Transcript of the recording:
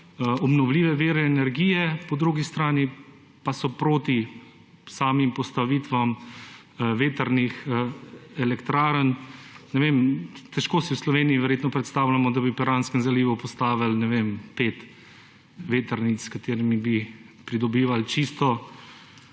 obnovljive vire energije, po drugi strani pa so proti samim postavitvam vetrnih elektrarn. Ne vem, težko si v Sloveniji verjetno predstavljamo, da bi v Piranskem zalivu postavili 5 vetrnic, s katerimi bi pridobival čisto